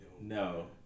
No